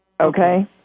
okay